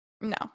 No